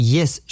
Yes